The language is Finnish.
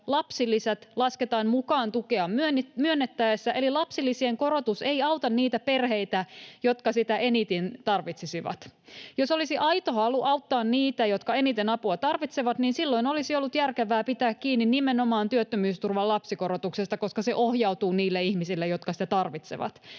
lapsilisät lasketaan mukaan tukea myönnettäessä, eli lapsilisien korotus ei auta niitä perheitä, jotka sitä eniten tarvitsisivat. Jos olisi aito halu auttaa niitä, jotka eniten apua tarvitsevat, niin silloin olisi ollut järkevää pitää kiinni nimenomaan työttömyysturvan lapsikorotuksesta, koska se ohjautuu niille ihmisille, jotka sitä tarvitsevat.